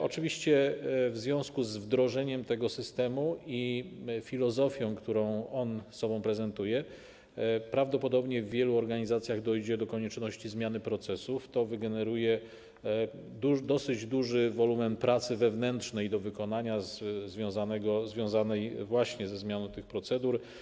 Oczywiście w związku z wdrożeniem tego systemu i filozofią, którą on sobą prezentuje, prawdopodobnie w wielu organizacjach dojdzie do konieczności zmiany procesów, a to wygeneruje dosyć duży wolumen pracy wewnętrznej do wykonania związanej właśnie ze zmianą tych procedur.